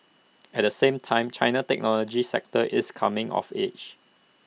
at the same time China's technology sector is coming of age